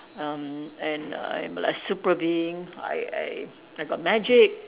um and I'm like super being I I I got magic